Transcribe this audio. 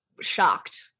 shocked